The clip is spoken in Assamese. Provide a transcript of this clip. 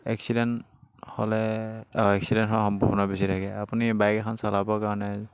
এক্সিডেণ্ট হ'লে অঁ এক্সিডেণ্ট হোৱাৰ সম্ভাৱনা বেছি থাকে আপুনি বাইক এখন চলাবৰ কাৰণে